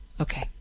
Okay